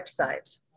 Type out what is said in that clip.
website